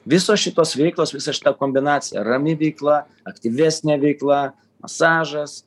visos šitos veiklos visa šita kombinacija rami veikla aktyvesnė veikla masažas